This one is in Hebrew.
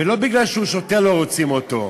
לא מפני שהוא שוטר לא רוצים אותו,